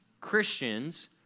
Christians